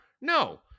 No